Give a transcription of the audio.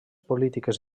polítiques